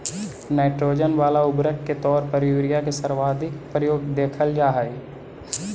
nitrogen वाला उर्वरक के तौर पर यूरिया के सर्वाधिक प्रयोग देखल जा हइ